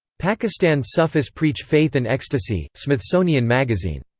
pakistan's sufis preach faith and ecstasy. smithsonian magazine.